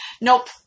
Nope